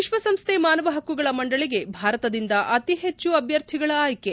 ವಿಶ್ವ ಸಂಸ್ಥೆ ಮಾನವ ಹಕ್ಕುಗಳ ಮಂಡಳಿಗೆ ಭಾರತದಿಂದ ಅತಿ ಹೆಚ್ಚು ಅಭ್ಲರ್ಥಿಗಳ ಆಯ್ಥಿ